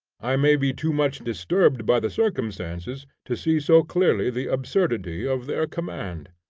i may be too much disturbed by the circumstances to see so clearly the absurdity of their command.